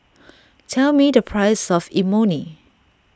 tell me the price of Imoni